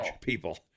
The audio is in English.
people